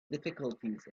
difficulties